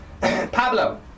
Pablo